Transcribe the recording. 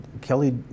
Kelly